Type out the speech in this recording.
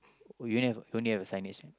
oh you only have only have the signage